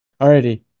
Alrighty